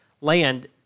land